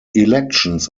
elections